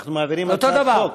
אם אנחנו מעבירים הצעת חוק?